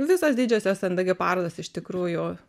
visos didžiosios ndg parodos iš tikrųjų